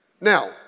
Now